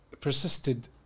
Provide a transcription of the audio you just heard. persisted